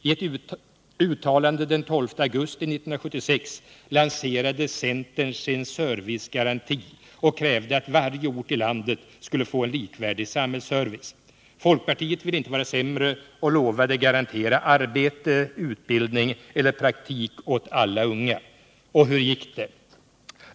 I ett uttalande den 12 augusti 1976 lanserade centern sin servicegaranti och krävde att varje ort i landet skulle få en likvärdig samhällsservice. + Folkpartiet ville inte vara sämre och lovade garantera arbete, utbildning eller praktik åt alla unga. Och hur gick det?